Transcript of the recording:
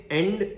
end